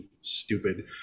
stupid